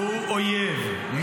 -- מי שנשאר באזור הזה הוא אויב.